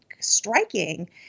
striking